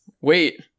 Wait